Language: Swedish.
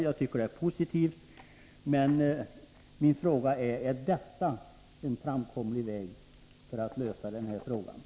Jag ber än en gång att få tacka för svaret, som jag tycker är positivt.